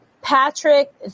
Patrick